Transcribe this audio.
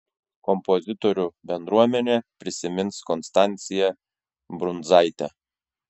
kompozitorių bendruomenė prisimins konstanciją brundzaitę